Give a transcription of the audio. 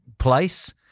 place